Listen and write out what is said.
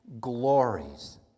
glories